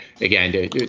again